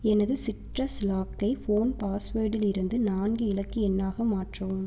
என்னுடைய சிட்ரஸ் லாக்கை ஃபோன் பாஸ்வேர்டிலிருந்து நான்கு இலக்கு எண்ணாக மாற்றவும்